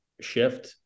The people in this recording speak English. shift